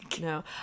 No